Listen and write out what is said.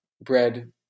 bread